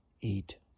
eat